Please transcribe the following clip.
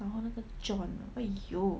然后那个 john !aiyo!